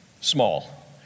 Small